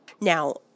Now